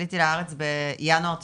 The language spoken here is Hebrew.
עליתי לארץ בינואר 90,